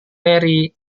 mary